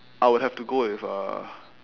I would have to go with uh